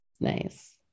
nice